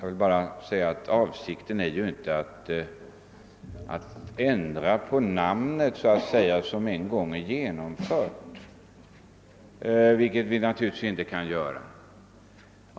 Herr talman! Avsikten är inte att ändra den benämning som en gång är fastställd — det kan vi naturligtvis inte göra.